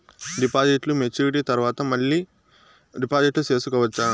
డిపాజిట్లు మెచ్యూరిటీ తర్వాత మళ్ళీ డిపాజిట్లు సేసుకోవచ్చా?